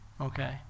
okay